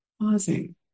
pausing